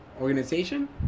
organization